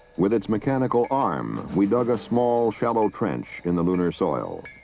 with its mechanical arm, we dug a small, shallow trench in the lunar soil.